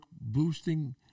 boosting